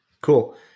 Cool